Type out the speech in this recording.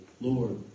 Lord